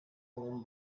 own